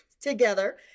together